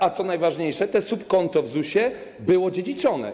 A co najważniejsze, subkonto w ZUS-ie było dziedziczone.